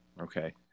Okay